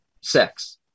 sex